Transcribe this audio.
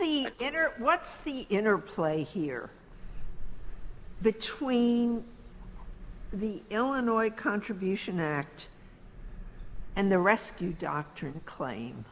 or what the interplay here between the illinois contribution act and the rescue doctrine claim